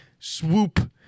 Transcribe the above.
Swoop